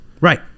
right